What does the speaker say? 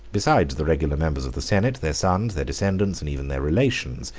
besides the regular members of the senate, their sons, their descendants, and even their relations,